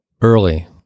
Early